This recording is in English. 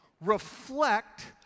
reflect